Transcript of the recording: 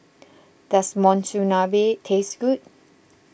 does Monsunabe taste good